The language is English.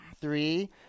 three